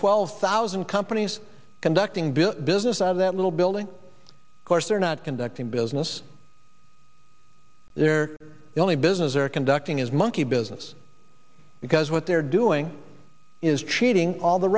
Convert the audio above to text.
twelve thousand companies conducting build business out of that little building course they're not conducting business they're the only business they're conducting is monkey business because what they're doing is cheating all the